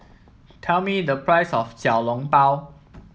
tell me the price of Xiao Long Bao